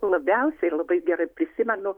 labiausiai labai gerai prisimenu